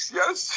yes